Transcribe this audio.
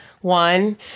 one